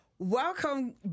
Welcome